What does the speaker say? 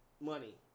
money